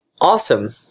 Awesome